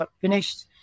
finished